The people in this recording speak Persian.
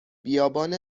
بیابان